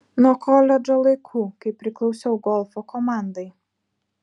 nuo koledžo laikų kai priklausiau golfo komandai